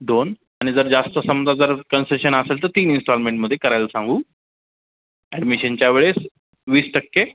दोन आणि जर जास्त समजा जर कन्सेशन असेल तर तीन इनस्टॉलमेंटमध्ये करायला सांगू ॲडमिशनच्या वेळेस वीस टक्के